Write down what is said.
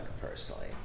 personally